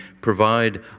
provide